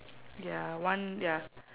ya one ya